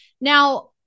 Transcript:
Now